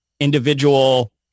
individual